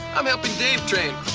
i'm helping dave train.